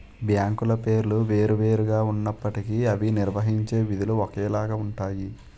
బ్యాంకుల పేర్లు వేరు వేరు గా ఉన్నప్పటికీ అవి నిర్వహించే విధులు ఒకేలాగా ఉంటాయి